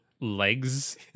legs